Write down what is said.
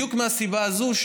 בדיוק מהסיבה הזו,